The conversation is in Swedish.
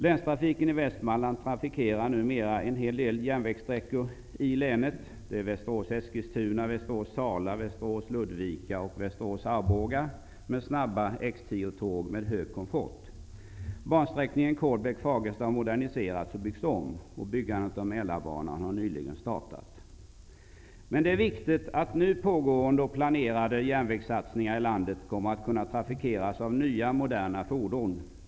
Länstrafiken i Västmanland trafikerar numera en hel del järnvägssträckor i länet -- Men det är viktigt att nu pågående och planerade järnvägssatsningar kommer att kunna trafikeras av nya moderna fordon.